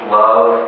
love